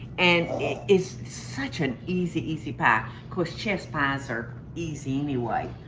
and it's such an easy, easy pie. course chess pies are easy anyway.